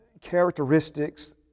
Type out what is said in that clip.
characteristics